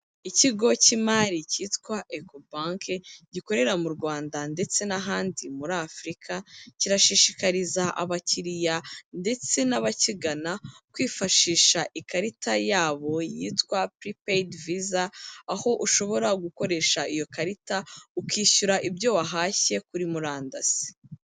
Ikigo cy'imari cyitwa Ecobank gikorera mu Rwanda ndetse n'ahandi muri Afurika, kirashishikariza abakiriya ndetse n'abakigana kwifashisha ikarita yabo yitwa puripeyidi viza, aho ushobora gukoresha iyo karita ukishyura ibyo wahashye kuri murandasi.